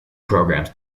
programs